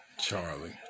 Charlie